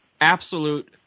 absolute